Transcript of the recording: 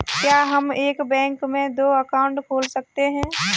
क्या हम एक बैंक में दो अकाउंट खोल सकते हैं?